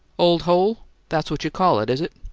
old hole that's what you call it, is it?